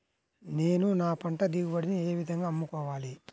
నేను నా పంట దిగుబడిని ఏ విధంగా అమ్ముకోవాలి?